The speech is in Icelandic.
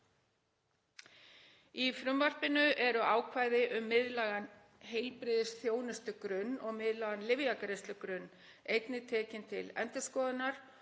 Í frumvarpinu eru ákvæði um miðlægan heilbrigðisþjónustugrunn og miðlægan lyfjagreiðslugrunn einnig tekin til endurskoðunar